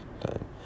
time